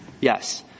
Yes